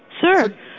Sir